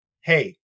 hey